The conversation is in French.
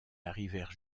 arrivèrent